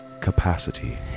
capacity